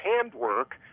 handwork